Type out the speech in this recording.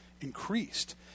increased